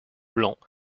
blanc